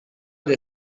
they